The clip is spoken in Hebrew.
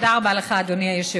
תודה רבה לך, אדוני היושב-ראש.